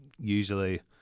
usually